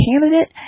candidate